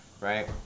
right